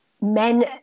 Men